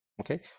okay